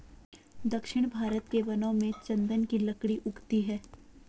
दक्षिण भारत के वनों में चन्दन की लकड़ी उगती है